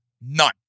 None